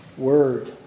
Word